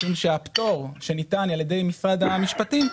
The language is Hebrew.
משום שהפטור שניתן על ידי משרד המשפטים,